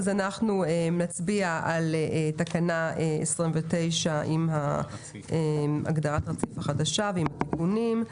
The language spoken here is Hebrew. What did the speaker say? אנחנו נצביע על תקנה 29 עם ההגדרה החדשה ועם התיקונים.